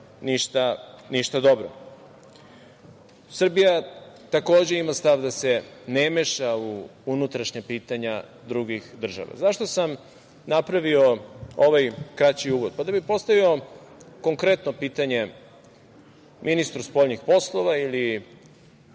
ništa dobro. Srbija takođe ima stav da se ne meša u unutrašnja pitanja drugih država. Zašto sam napravio ovaj kraći uvod? Da bih postavio konkretno pitanje ministru spoljnih poslova, ili